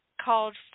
called